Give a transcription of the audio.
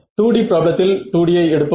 2 D ப்ராப்ளத்தில் 2 D ஐ எடுப்போம்